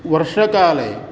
वर्षाकाले